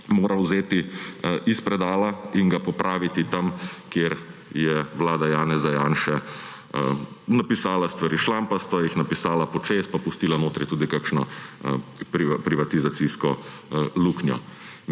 mora vzeti iz predala in ga popraviti tam, kjer je vlada Janeza Janše napisala stvari šlampasto, jih napisala počez in pustila notri tudi kakšno privatizacijsko luknjo.